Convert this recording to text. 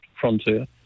frontier